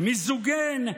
מיזוגן,